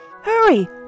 Hurry